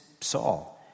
Saul